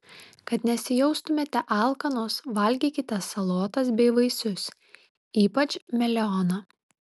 kad nesijaustumėte alkanos valgykite salotas bei vaisius ypač melioną